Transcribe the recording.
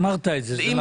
אמרת את זה, זה נכון.